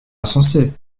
insensé